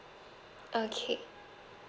okay